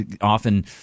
often